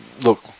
Look